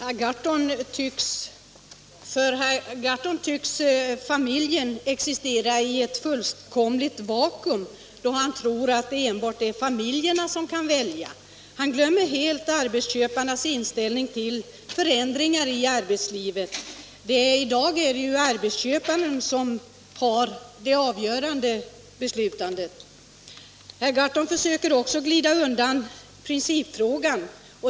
Herr talman! För herr Gahrton tycks familjen existera i ett fullständigt vakuum, eftersom han tror att det bara är familjerna som kan välja. Han glömmer helt arbetsköparnas inställning till förändringar i arbetslivet. I dag är det ju arbetsköparen som fattar det avgörande beslutet. Herr Gahrton försöker också glida undan principfrågan.